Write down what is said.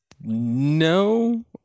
no